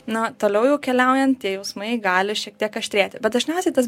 nu toliau jau keliaujant tie jausmai gali šiek tiek aštrėti bet dažniausiai tas